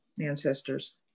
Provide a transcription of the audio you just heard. ancestors